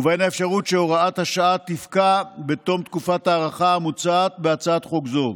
ובהן האפשרות שהוראת השעה תפקע בתום תקופת ההארכה המוצעת בהצעת חוק זו,